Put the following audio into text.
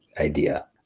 idea